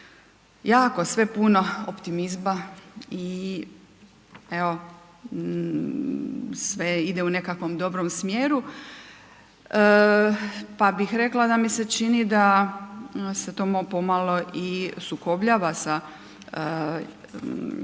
jako sve puno optimizma i evo sve ide u nekakvom dobrom smjeru, pa bih rekla da mi se čini da se to malo pomalo i sukobljava sa izvješće